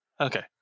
okay